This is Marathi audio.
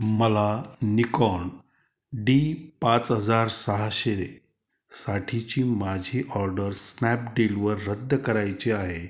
मला निकॉन डी पाच हजार सहाशेसाठीची माझी ऑर्डर स्नॅपडीलवर रद्द करायची आहे